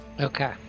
Okay